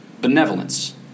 benevolence